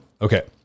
Okay